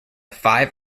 five